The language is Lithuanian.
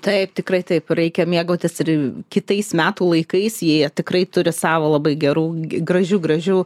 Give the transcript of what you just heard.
taip tikrai taip reikia mėgautis ir kitais metų laikais jie tikrai turi savo labai gerų gražių gražių